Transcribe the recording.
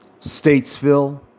Statesville